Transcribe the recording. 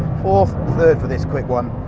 fourth, third for this quick one.